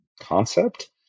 concept